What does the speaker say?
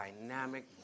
dynamic